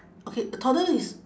okay a toddler is